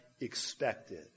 expected